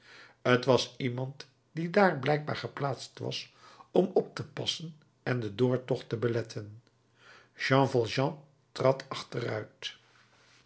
t was iemand die daar blijkbaar geplaatst was om op te passen en den doortocht te beletten jean valjean trad achteruit